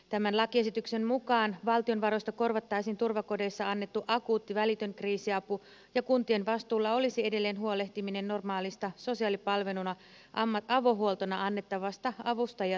tämän lakiesityksen mukaan valtion varoista korvattaisiin turvakodeissa annettu akuutti välitön kriisiapu ja kuntien vastuulla olisi edelleen huolehtia normaalista sosiaalipalveluna avohuoltona annettavasta avusta ja tuesta